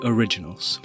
Originals